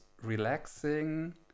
relaxing